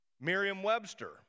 merriam-webster